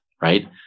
right